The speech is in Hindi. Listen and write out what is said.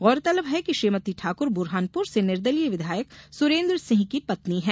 गौरतलब है कि श्रीमती ठाकुर बुरहानुपर से निर्दलीय विधायक सुरेन्द्र सिंह की पत्नी हैं